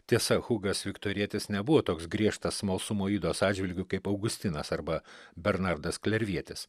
tiesa hugas viktorietis nebuvo toks griežtas smalsumo ydos atžvilgiu kaip augustinas arba bernardas klervietis